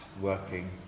working